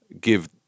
give